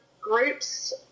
groups